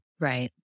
right